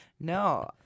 No